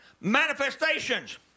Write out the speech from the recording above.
manifestations